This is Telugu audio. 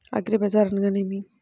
అగ్రిబజార్ అనగా నేమి?